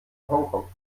hongkong